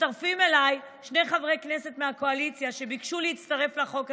מצטרפים אליי שני חברי כנסת מהקואליציה שביקשו להצטרף לחוק הזה,